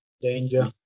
danger